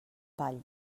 ball